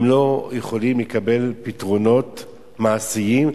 הם לא יכולים לקבל פתרונות מעשיים,